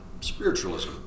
spiritualism